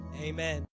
amen